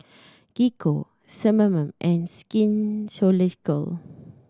Gingko Sebamed and Skin Ceuticals